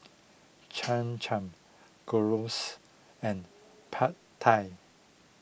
Cham Cham Gyros and Pad Thai